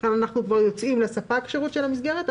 כאן אנחנו כבר מגיעים לספק השירות של המסגרת.